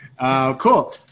Cool